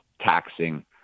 taxing